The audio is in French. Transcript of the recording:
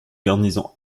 garnison